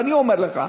ואני אומר לך: